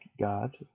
God